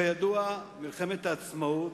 כידוע, מלחמת העצמאות